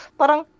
parang